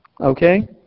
Okay